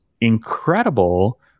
incredible